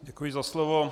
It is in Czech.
Děkuji za slovo.